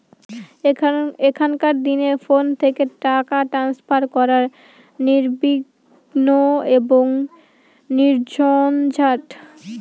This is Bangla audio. এখনকার দিনে ফোন থেকে টাকা ট্রান্সফার করা নির্বিঘ্ন এবং নির্ঝঞ্ঝাট